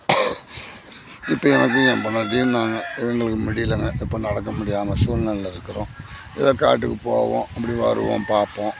இப்போ எனக்கு என் பொண்டாட்டியும் நானு எங்களுக்கு முடியலங்க இப்போ நடக்க முடியாமல் சூழ்நிலையில இருக்கிறோம் எதோ காட்டுக்கு போவோம் அப்படி வருவோம் பார்ப்போம்